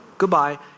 Goodbye